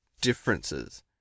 differences